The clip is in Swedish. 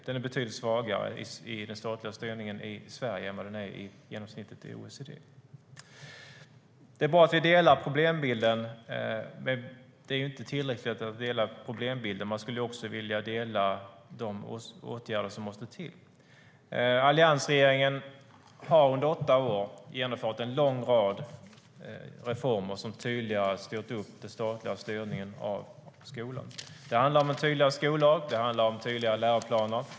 Den statliga styrningen är betydligt svagare i Sverige.Det är bra att vi delar problembilden. Men det är inte tillräckligt. Jag skulle vilja att vi också delar synen på de åtgärder som måste till. Alliansregeringen har under åtta år genomfört en lång rad reformer som tydligare har styrt upp den statliga styrningen av skolan. Det handlar om en tydligare skollag. Det handlar om tydligare läroplaner.